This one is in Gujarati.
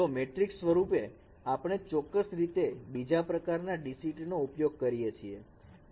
તો મેટ્રિક સ્વરૂપે આપણે ચોક્કસ રીતે 2જા પ્રકારના DCT નો ઉપયોગ કરીએ છીએ